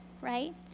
right